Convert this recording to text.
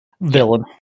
villain